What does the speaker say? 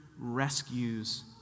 rescues